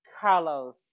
Carlos